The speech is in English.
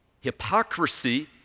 Hypocrisy